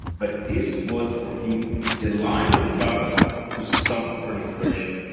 but this was for him, the line of the battle to stop proliferation.